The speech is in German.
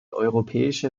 europäische